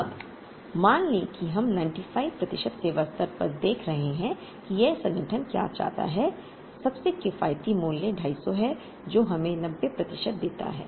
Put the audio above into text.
अब मान लें कि हम 95 प्रतिशत सेवा स्तर पर देख रहे हैं कि यह संगठन क्या चाहता है सबसे किफायती मूल्य 250 है जो हमें 90 प्रतिशत देता है